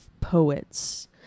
poets